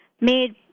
made